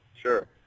Sure